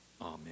Amen